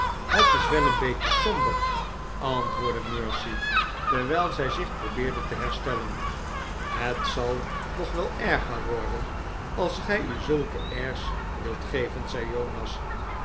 het is wel een beetje somber antwoordde mercy terwijl zij zich probeerde te herstellen het zal nog wel erger worden als gij u zulke airs wilt geven zei jonas